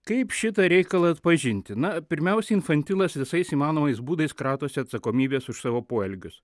kaip šitą reikalą atpažinti na pirmiausia infantilas visais įmanomais būdais kratosi atsakomybės už savo poelgius